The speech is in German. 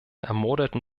ermordeten